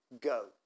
go